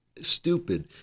stupid